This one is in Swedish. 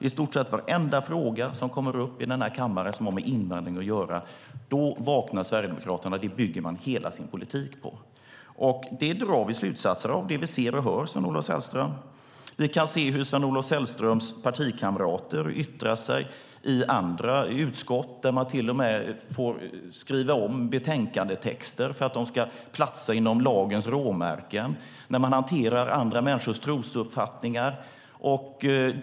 I stort sett i varenda fråga som kommer upp i den här kammaren och som har med invandring att göra vaknar Sverigedemokraterna. Det bygger man hela sin politik på. Det vi ser och hör drar vi slutsatser av, Sven-Olof Sällström. Vi kan se hur Sven-Olof Sällströms partikamrater yttrar sig i andra utskott, där man till och med får skriva om betänkandetexter för att de ska platsa inom lagens råmärken när man hanterar andra människors trosuppfattningar.